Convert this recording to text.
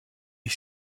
est